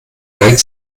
neigen